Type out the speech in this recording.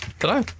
Hello